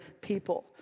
people